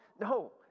no